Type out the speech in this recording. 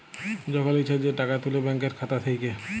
যখল ইছা যে টাকা তুলে ব্যাংকের খাতা থ্যাইকে